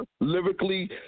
lyrically